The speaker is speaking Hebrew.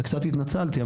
וקצת התנצלתי,